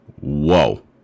Whoa